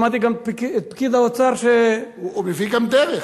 שמעתי גם את פקיד האוצר, הוא מביא גם דרך.